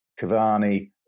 Cavani